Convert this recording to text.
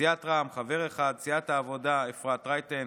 סיעת רע"מ, חבר אחד, סיעת העבודה, אפרת רייטן.